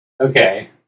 Okay